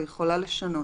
והיא יכולה לשנות.